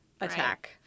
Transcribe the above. attack